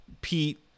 Pete